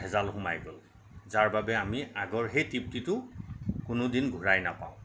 ভেজাল সোমাই গ'ল যাৰ বাবে আমি আগৰ সেই তৃপ্তিটো কোনোদিন ঘূৰাই নাপাওঁ